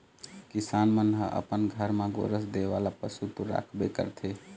किसान मन ह अपन घर म गोरस दे वाला पशु तो राखबे करथे